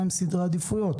מהם סדרי העדיפויות.